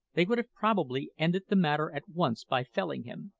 they would have probably ended the matter at once by felling him.